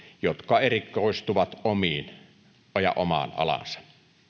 jotka erikoistuvat omaan alaansa